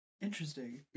Interesting